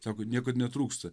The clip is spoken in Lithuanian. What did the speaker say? sakot niekad netrūksta